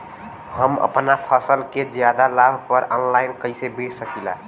हम अपना फसल के ज्यादा लाभ पर ऑनलाइन कइसे बेच सकीला?